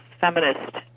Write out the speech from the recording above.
feminist